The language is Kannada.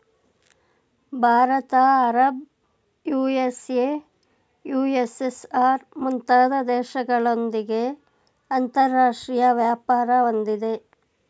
ಭಾರತ ಅರಬ್, ಯು.ಎಸ್.ಎ, ಯು.ಎಸ್.ಎಸ್.ಆರ್, ಮುಂತಾದ ದೇಶಗಳೊಂದಿಗೆ ಅಂತರಾಷ್ಟ್ರೀಯ ವ್ಯಾಪಾರ ಹೊಂದಿದೆ